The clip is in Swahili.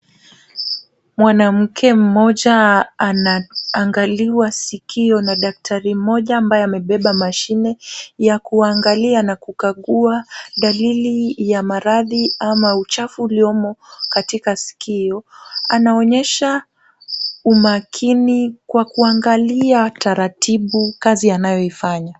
Mwanamke mmoja anaangaliwa sikio na daktari mmoja ambaye amebeba mashine ya kuangalia na kukagua dalili ya maradhi ama uchafu uliomo katika sikio. Anaonyesha umakini kwa kuangalia taratibu kazi anayoifanya.